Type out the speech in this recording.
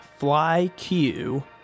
FlyQ